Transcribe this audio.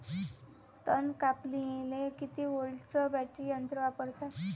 तन कापनीले किती व्होल्टचं बॅटरी यंत्र वापरतात?